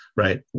right